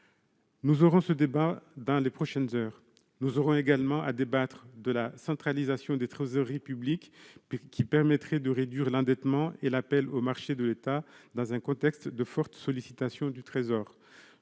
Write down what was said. Nous en débattrons dans les prochaines heures. Nous aurons également à débattre de la centralisation des trésoreries publiques, qui permettrait de réduire l'endettement et l'appel aux marchés de l'État, dans un contexte de forte sollicitation du Trésor.